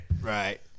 Right